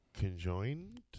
Conjoined